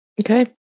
Okay